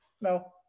No